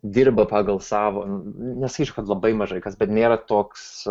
dirba pagal savo nesakyčiau kad labai mažai kas bet nėra toks